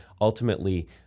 ultimately